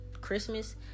Christmas